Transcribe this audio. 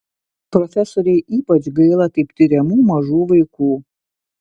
profesorei ypač gaila taip tiriamų mažų vaikų